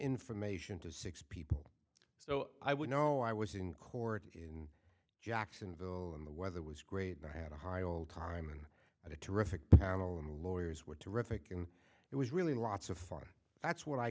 information to six people so i would know i was in court in jacksonville in the weather was great but i had a high old time in a terrific panel and lawyers were terrific and it was really lots of fun that's what i